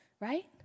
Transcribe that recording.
right